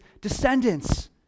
descendants